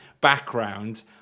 background